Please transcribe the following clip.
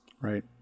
Right